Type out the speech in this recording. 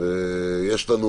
יש לנו